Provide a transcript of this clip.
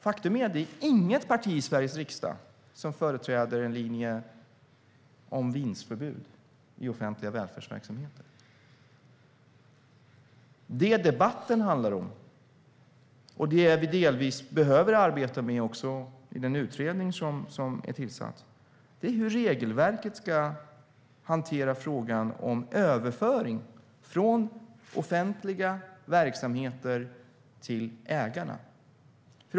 Faktum är att det inte finns något parti i Sveriges riksdag som företräder en linje om vinstförbud i offentliga välfärdsverksamheter. Vad debatten handlar om, och som vi delvis behöver arbeta med i den utredning som är tillsatt, är hur regelverket ska hantera frågan om överföring från offentliga verksamheter till ägarna.